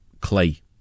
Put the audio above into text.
Clay